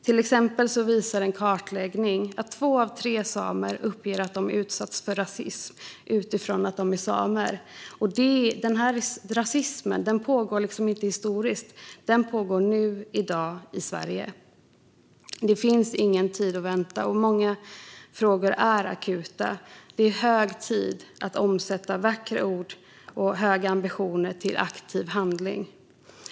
Till exempel visar en kartläggning att två av tre samer uppger att de utsatts för rasism utifrån att de är samer. Denna rasism pågår inte historiskt, utan den pågår nu, i dag, i Sverige. Det finns ingen tid till väntan. Många frågor är akuta, och det är hög tid att omsätta vackra ord och höga ambitioner till aktiv handling.